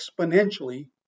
exponentially